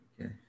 Okay